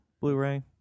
blu-ray